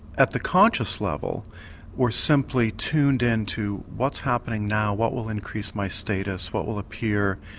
at the conscious level we're simply tuned in to what's happening now, what will increase my status, what will appear,